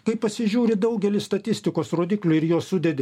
kai pasižiūri daugelį statistikos rodiklių ir juos sudedi